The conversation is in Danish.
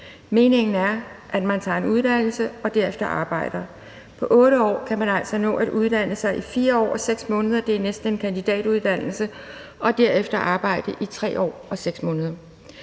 Meningen er, at man tager en uddannelse og derefter arbejder. På 8 år kan man altså nå at uddanne sig i 4 år og 6 måneder – det er næsten en kandidatuddannelse – og derefter arbejde i 3 år og 6 måneder.